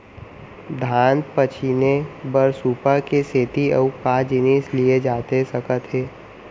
धान पछिने बर सुपा के सेती अऊ का जिनिस लिए जाथे सकत हे?